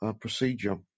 procedure